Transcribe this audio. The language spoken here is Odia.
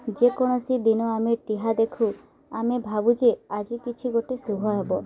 ଯେକୌଣସି ଦିନ ଆମେ ଟିହା ଦେଖୁ ଆମେ ଭାବୁଛେ ଆଜି କିଛି ଗୋଟେ ଶୁଭ ହବ